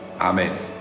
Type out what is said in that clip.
Amen